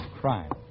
crime